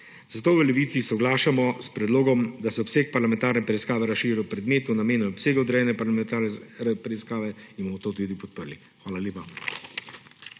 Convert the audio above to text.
Zato v Levici soglašamo s predlogom, da se obseg parlamentarne preiskave razširi v predmetu, namenu in obsegu odrejene parlamentarne preiskave, in bomo to tudi podprli. Hvala lepa.